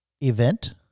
event